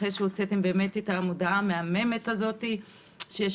אחרי שהוצאתם את המודעה המהממת שיש